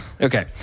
Okay